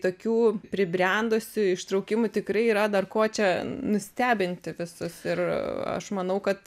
tokių pribrendusių ištraukimui tikrai yra dar kuo čia nustebinti visus ir aš manau kad